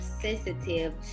Sensitive